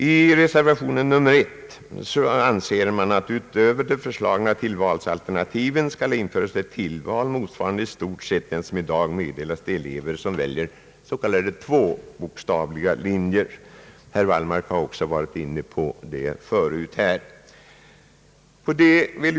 I reservation 1 anser reservanterna att utöver de föreslagna tillvalsalternativen skall införas ett tillval motsvarande i stort sett den undervisning som i dag meddelas de elever som väljer s.k. tvåbokstaviga linjer. Herr Wallmark har också varit inne på det förut här.